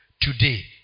today